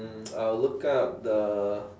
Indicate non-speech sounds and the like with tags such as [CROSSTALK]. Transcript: mm [NOISE] I'll look up the